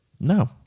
No